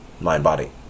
mind-body